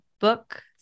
book